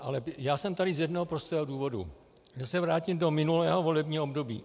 Ale já jsem tady z jednoho prostého důvodu že se vrátím do minulého volebního období.